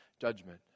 judgment